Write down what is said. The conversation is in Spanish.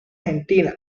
argentina